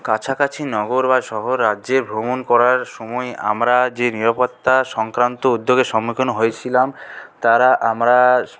কাছা কাছি নগর বা শহর রাজ্যে ভ্রমণ করার সময় আমরা যে নিরাপত্তা সংক্রান্ত উদ্যোগের সম্মুখীন হয়েছিলাম তারা আমরা